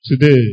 today